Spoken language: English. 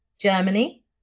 germany